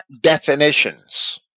definitions